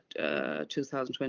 2020